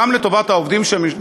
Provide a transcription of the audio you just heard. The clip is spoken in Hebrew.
גם לטובת העובדים שם,